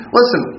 listen